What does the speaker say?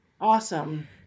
awesome